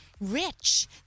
rich